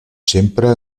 sempre